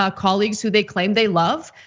ah colleagues who they claim they love,